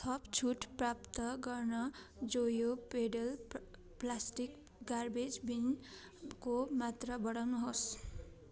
थप छुट प्राप्त गर्न जोयो पेडल प प्लास्टिक गार्बेज बिनको मात्रा बढाउनुहोस्